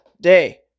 day